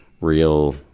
real